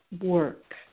work